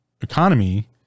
economy